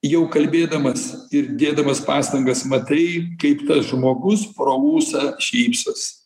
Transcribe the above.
jau kalbėdamas ir dėdamas pastangas matai kaip tas žmogus pro ūsą šypsosi